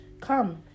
Come